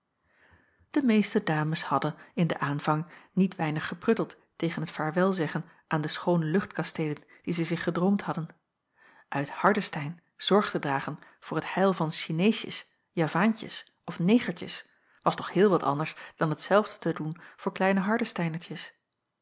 de meeste dames hadden in den aanvang niet weinig geprutteld tegen het vaarwelzeggen aan de schoone luchtkasteelen die zij zich gedroomd hadden uit hardestein zorg te dragen voor het heil van sineesjes javaantjes of negertjes was toch heel wat anders dan hetzelfde te doen voor kleine